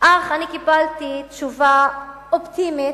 אך אני קיבלתי תשובה אופטימית,